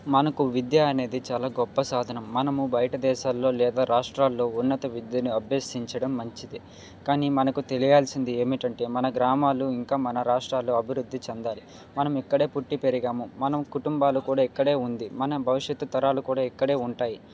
మనకు విద్య అనేది చాలా గొప్ప సాధనం మనము బయట దేశాల్లో లేదా రాష్ట్రాల్లో ఉన్నత విద్యను అభ్యసించడం మంచిది కానీ మనకు తెలియాల్సింది ఏమిటంటే మన గ్రామాలు ఇంకా మన రాష్ట్రాల్లో అభివృద్ధి చెందాలి మనం ఎక్కడే పుట్టి పెరిగాము మనం కుటుంబాలు కూడా ఎక్కడే ఉన్నాయి మన భవిష్యత్తు తరాలు కూడా ఇక్కడే ఉంటాయి